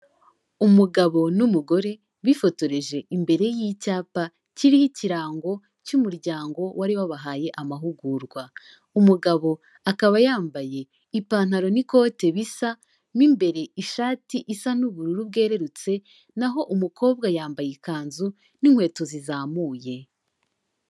Umugabo n'umugore bifotoreje imbere y'icyapa kiriho ikirango cy'umuryango wari wabahaye amahugurwa. Umugabo akaba yambaye ipantaro n'ikote bisa, mo imbere ishati isa n'ubururu bwerurutse, naho umukobwa yambaye ikanzu n'inkweto zizamuye.